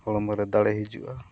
ᱦᱚᱲᱢᱚ ᱨᱮ ᱫᱟᱲᱮ ᱦᱤᱡᱩᱜᱼᱟ